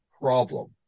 problem